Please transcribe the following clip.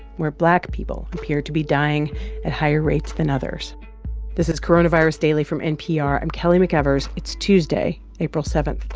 where black people appear to be dying at higher rates than others this is coronavirus daily from npr. i'm kelly mcevers. it's tuesday, april seven